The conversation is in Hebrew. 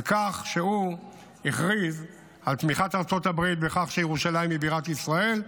על כך שהוא הכריז על תמיכת ארצות הברית בכך שירושלים היא בירת ישראל,